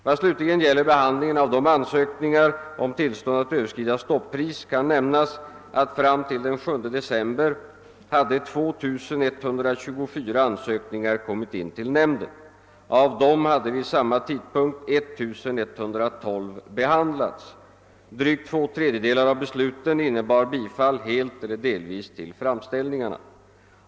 Vad slutligen gäller behandlingen av ansökningar om tillstånd att överskrida stoppris kan nämnas, att fram till den 7 december hade 2124 ansökningar kommit in till nämnden. Av dessa hade vid samma tidpunkt 1112 behandlats. Drygt två tredjedelar av besluten innebar bifall helt eller delvis till framställningarna.